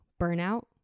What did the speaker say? burnout